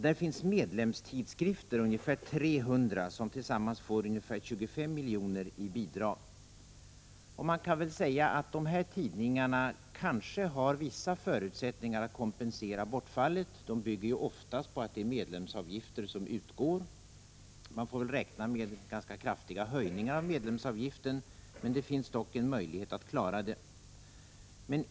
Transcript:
Det finns ungefär 300 medlemstidskrifter som tillsammans får ca 25 milj.kr. i bidrag. Dessa tidningar kan ha vissa förutsättningar att kompensera bortfallet — utgivning en bygger ju oftast på att medlemsavgifter utgår. Man får väl räkna med = Prot. 1985/86:105 ganska kraftiga höjningar av medlemsavgifterna, men det finns dock en — 2 april 1986 möjlighet att klara fortsatt utgivning.